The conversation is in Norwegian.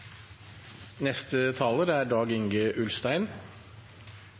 neste talar er